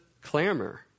clamor